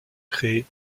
créée